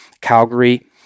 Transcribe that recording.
Calgary